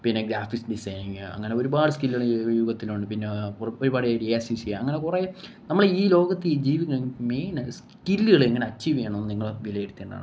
പിന്നെ graphic designing അങ്ങനൊരുപാട് സ്കില്ലുകള് ഈ യുഗത്തിലുണ്ട് പിന്നെ ഒരുപാട് ഐഡിയാസ് യൂസെയ്യ അങ്ങനെ കുറേ നമ്മളീ ലോകത്തില് ജീവിക്കണമെങ്കില് മേയ്നായി സ്കില്ലുകള് എങ്ങനെ അച്ചീവ് ചെയ്യണമെന്ന് നിങ്ങള് വിലയിരുത്തേണ്ടതാണ്